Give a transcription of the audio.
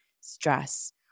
stress